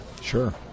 Sure